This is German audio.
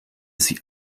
sie